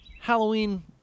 Halloween